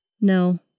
No